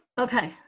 Okay